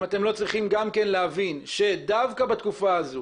אם אתם לא צריכים גם להבין שדווקא בתקופה הזאת